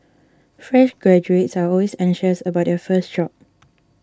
fresh graduates are always anxious about their first job